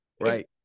Right